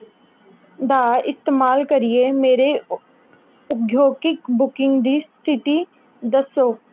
दा इस्तेमाल करियै मेरे प्रयोगिक बुकिंग दी स्थिति दस्सो